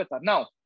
Now